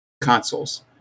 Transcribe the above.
consoles